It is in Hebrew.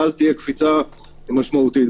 ואז תהיה קפיצה משמעותית.